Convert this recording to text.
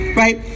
right